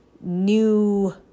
new